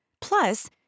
Plus